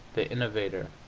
the innovator,